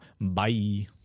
bye